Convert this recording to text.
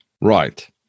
Right